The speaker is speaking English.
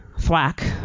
thwack